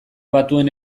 batuen